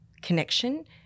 connection